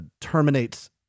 terminates